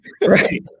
right